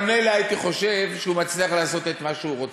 אבל מילא הייתי חושב שהוא מצליח לעשות את מה שהוא רוצה,